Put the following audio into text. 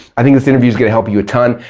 i think this interview is gonna help you a ton.